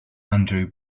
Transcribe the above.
andrew